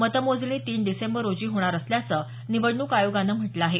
मतमोजणी तीन डिसेंबर रोजी होणार असल्याचं निवडणूक आयोगानं म्हटलं आहे